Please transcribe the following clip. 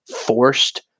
forced